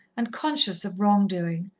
and conscious of wrong-doing,